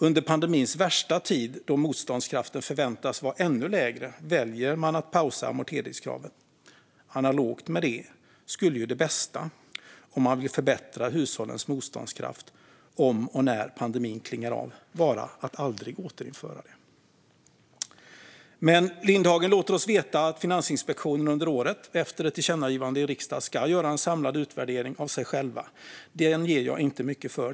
Under pandemins värsta tid, då motståndskraften förväntas vara ännu lägre, väljer man att pausa amorteringskraven. Analogt med detta skulle det bästa, om man vill förbättra hushållens motståndskraft om och när pandemin klingar av, vara att aldrig återinföra det. Men Lindhagen låter oss veta att Finansinspektionen under året, efter ett tillkännagivande i riksdagen, ska göra en samlad utvärdering av sig själv. Den ger jag inte mycket för.